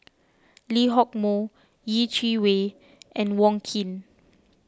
Lee Hock Moh Yeh Chi Wei and Wong Keen